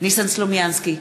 ניסן סלומינסקי,